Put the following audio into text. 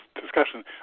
discussion